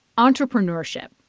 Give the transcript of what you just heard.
entrepreneurship.